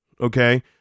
Okay